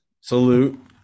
Salute